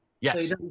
Yes